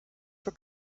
were